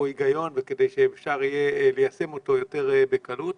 היגיון וכדי שאפשר יהיה ליישם אותו ביתר קלות.